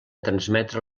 transmetre